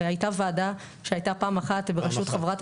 הרי היתה ועדה שהיתה פעם אחת ברשות חברת